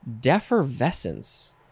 Defervescence